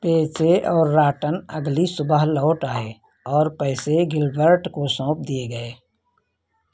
पेचे और रॉटन अगली सुबह लौट आए और पैसे गिल्बर्ट को सौंप दिए गए